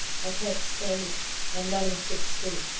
i can't stand it i'm not in a fit state.